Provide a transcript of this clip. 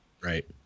right